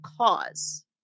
cause